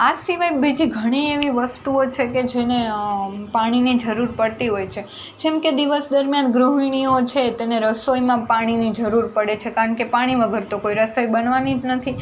આ સિવાય બીજી ઘણી એવી વસ્તુઓ છેકે જેને પાણીની જરૂર પડતી હોય છે જેમકે દિવસ દરમ્યાન ગૃહિણીઓ છે તેને રસોઈમાં પાણીની જરૂર પડે છે કારણ કે પાણી વગર તો કોઈ રસોઈ બનવાની જ નથી